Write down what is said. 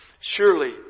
Surely